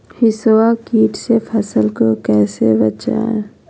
हिसबा किट से फसल को कैसे बचाए?